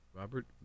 Robert